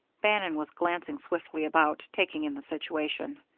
bannon was glancing swiftly about, taking in the situation.